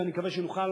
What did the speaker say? ואני מקווה שנוכל